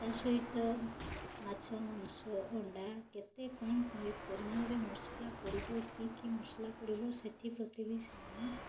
ତା' ସହିତ ମାଛ ମାଂସ ଅଣ୍ଡା କେତେ କ'ଣ ପରି ପରିମାଣରେ ମସଲା ପଡ଼ିବ କି କି ମସଲା ପଡ଼ିବ ସେଥିପ୍ରତି ବି ସେମାନେ